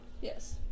Yes